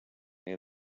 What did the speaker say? near